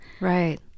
Right